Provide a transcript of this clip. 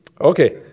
Okay